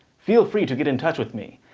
feel free to get in touch with me,